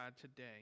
today